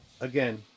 again